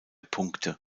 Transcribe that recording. punkte